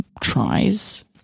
tries